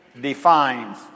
defines